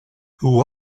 who